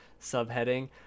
subheading